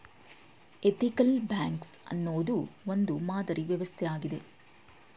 ethical banks ಅನ್ನೋದು ಒಂದು ಮಾದರಿ ವ್ಯವಸ್ಥೆ ಆಗಿದೆ